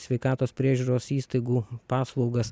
sveikatos priežiūros įstaigų paslaugas